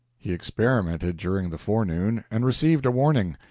he experimented during the forenoon, and received a warning.